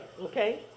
okay